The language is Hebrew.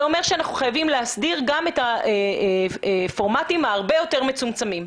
זה אומר שאנחנו חייבים להסדיר גם פורמטים הרבה יותר מצומצמים,